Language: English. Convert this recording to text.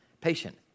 patient